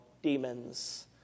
Demons